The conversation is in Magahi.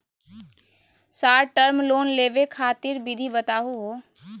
शार्ट टर्म लोन लेवे खातीर विधि बताहु हो?